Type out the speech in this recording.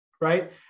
right